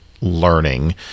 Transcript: learning